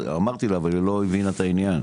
אמרתי לו אבל הם לא הבינה את העניין.